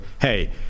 hey